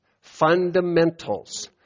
Fundamentals